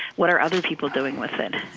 what are other people doing with it?